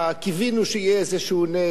קיווינו שיהיה איזה נס,